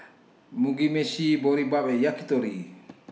Mugi Meshi Boribap and Yakitori